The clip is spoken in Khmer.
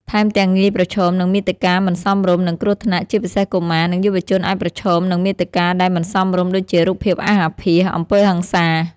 ថែមទាំងងាយប្រឈមនឹងមាតិកាមិនសមរម្យ និងគ្រោះថ្នាក់ ជាពិសេសកុមារ និងយុវជនអាចប្រឈមនឹងមាតិកាដែលមិនសមរម្យដូចជារូបភាពអាសអាភាសអំពើហិង្សា។